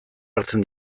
hartzen